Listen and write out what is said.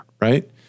Right